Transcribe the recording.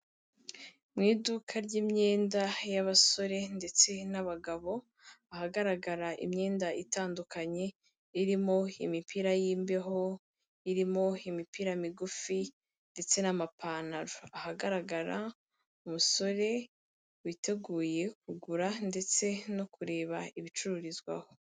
Mu iduka ry'imyenda y'abasore ndetse n'abagabo ahagaragara imyenda itandukanye irimo imipira y'imbeho, irimo imipira migufi ndetse n'amapantaro, ahagaragara umusore witeguye kugura ndetse no kureba ibicururizwaho.